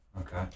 Okay